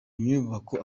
nyubako